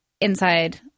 inside